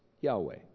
Yahweh